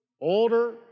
Older